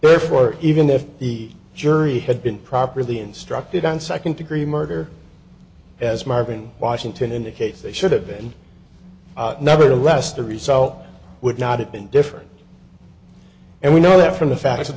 therefore even if the jury had been properly instructed on second degree murder as marvin washington indicates they should have been nevertheless the result would not have been different and we know that from the fact